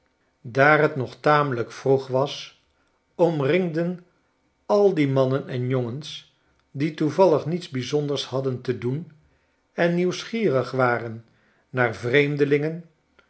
daar t nog tamelijk vroeg was omringden al die mannen en jongens die toevallig niets bijzonders hadden te doen en nieuwsgierig waren naar vreemdelingen